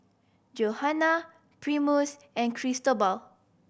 Johana Primus and Cristobal